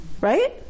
Right